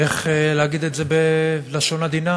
איך להגיד את זה בלשון עדינה